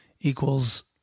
equals